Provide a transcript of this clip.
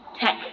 tech